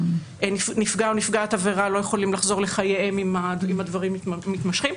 כי נפגע או נפגעת עבירה לא יכולים לחזור לחייהם אם הדברים מתמשכים.